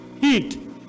heat